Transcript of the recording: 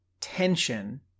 tension